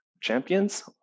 champions